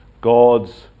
God's